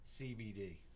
CBD